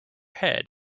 head